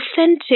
authentic